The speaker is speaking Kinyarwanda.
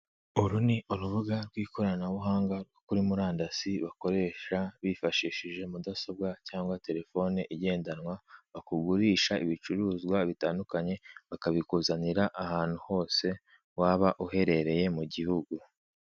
Uru ni urubuga rw'ikorabuhanga rwo kuri murandasi rukoresha bifashishije mudasobwa cyangwa terefone igendanwa bakugurisha ibicuruzwa bitandukanye bakabikuzanira ahantu hose waba uherereye mu gihugu.